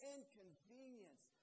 Inconvenience